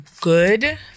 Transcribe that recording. good